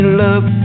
love